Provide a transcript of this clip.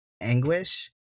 anguish